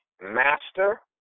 Master